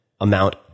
amount